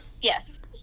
yes